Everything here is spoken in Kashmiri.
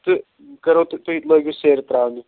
تہٕ بہٕ کرہو تۅہہِ تُہۍ لٲگِو سیرِ ترٛاونہٕ